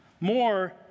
more